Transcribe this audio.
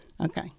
Okay